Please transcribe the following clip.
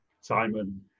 Simon